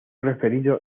referido